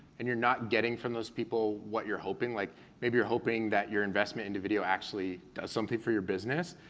and you're not getting from those people what you're hoping, like maybe you're hoping that your investment into video actually does something for your business,